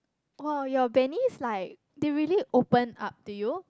!wow! your bunnies like they really open up to you